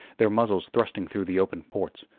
their muzzles thrusting through the open ports,